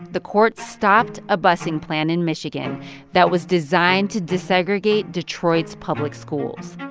the court stopped a busing plan in michigan that was designed to desegregate detroit's public schools.